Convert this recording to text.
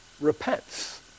repents